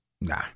Nah